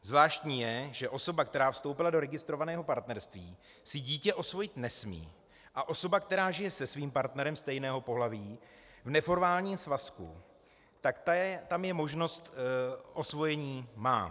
Zvláštní je, že osoba, která vstoupila do registrovaného partnerství, si dítě osvojit nesmí a osoba, která žije se svým partnerem stejného pohlaví v neformálním svazku, tak ta možnost osvojení má.